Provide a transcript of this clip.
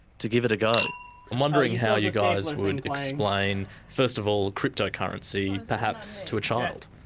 to give it a go. i'm wondering how you guys would explain, first of all, cryptocurrency perhaps to a child?